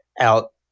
out